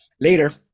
later